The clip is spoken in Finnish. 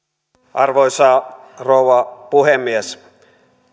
arvoisa rouva puhemies